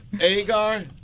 Agar